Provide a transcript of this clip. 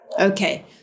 Okay